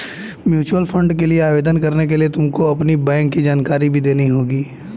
mutual fund के लिए आवेदन करने के लिए तुमको अपनी बैंक की जानकारी भी देनी होगी